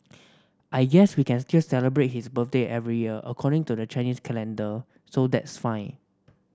I guess we can still celebrate his birthday every year according to the Chinese calendar so that's fine